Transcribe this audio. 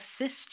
assist